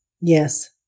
Yes